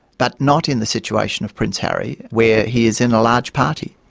but not in the situation of prince harry, where he is in a large party.